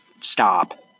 stop